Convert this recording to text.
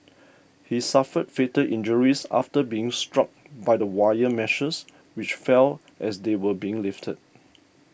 he suffered fatal injuries after being struck by the wire meshes which fell as they were being lifted